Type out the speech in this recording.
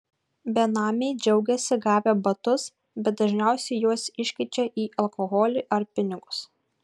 benamiai džiaugiasi gavę batus bet dažniausiai juos iškeičia į alkoholį ar pinigus